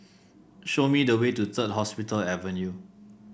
show me the way to Third Hospital Avenue